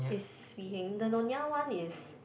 is Swee-Heng the Nyonya one is